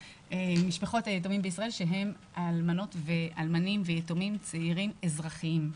שהם אלמנות ואלמנים ויתומים צעירים אזרחים.